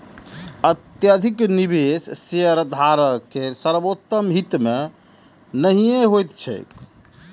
अत्यधिक निवेश शेयरधारक केर सर्वोत्तम हित मे नहि होइत छैक